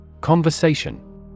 Conversation